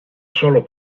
solo